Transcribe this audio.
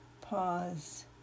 pause